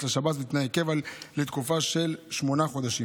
לשב"ס בתנאי קבע לתקופה של שמונה חודשים.